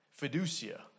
Fiducia